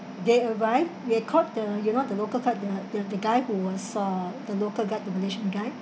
they arrived they called the you know the local called their their the guy who was uh the local guide the malaysian guy